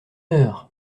heure